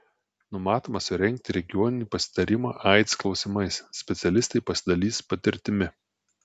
numatoma surengti regioninį pasitarimą aids klausimais specialistai pasidalys patirtimi